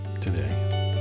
today